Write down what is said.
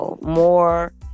more